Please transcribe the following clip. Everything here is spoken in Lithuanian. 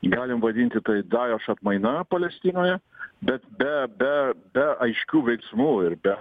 galim vadinti tai daješ atmaina palestinoje bet be be be aiškių veiksmų ir be